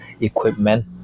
equipment